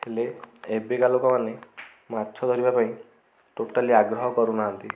ହେଲେ ଏବେକା ଲୋକମାନେ ମାଛ ଧରିବା ପାଇଁ ଟୋଟାଲି ଆଗ୍ରହ କରୁନାହାଁନ୍ତି